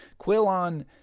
Quillon